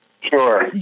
Sure